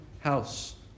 house